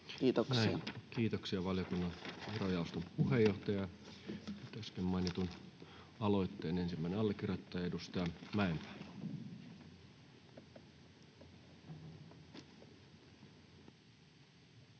Näin. Kiitoksia valiokunnan verojaoston puheenjohtajalle. — Nyt äsken mainitun aloitteen ensimmäinen allekirjoittaja, edustaja Mäenpää.